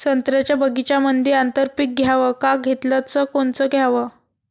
संत्र्याच्या बगीच्यामंदी आंतर पीक घ्याव का घेतलं च कोनचं घ्याव?